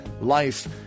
life